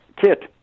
Kit